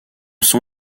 son